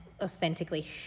authentically